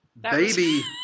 baby